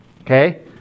Okay